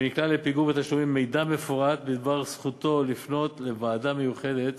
שנקלע לפיגור בתשלומים מידע מפורט בדבר זכותו לפנות לוועדה מיוחדת